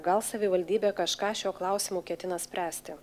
gal savivaldybė kažką šiuo klausimu ketina spręsti